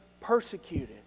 persecuted